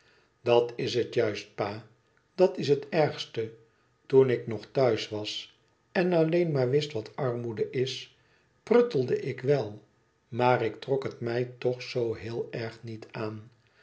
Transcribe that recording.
dat is het juist pa dat is het ergste toen ik nog thuis was en alleen maar wist wat armoe is pruttelde ik wel maar ik trok het mij toch zoo heel erg niet aan